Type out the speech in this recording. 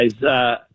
guys